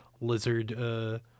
lizard